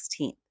16th